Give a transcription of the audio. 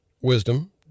wisdom